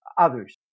others